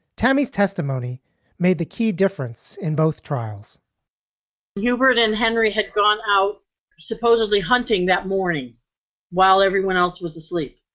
tammy's testimony made the key difference in both trials hubert and henry had gone out supposedly hunting that morning while everyone else was asleep.